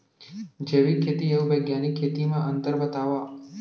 जैविक खेती अऊ बैग्यानिक खेती म अंतर बतावा?